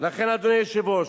לכן, אדוני היושב-ראש,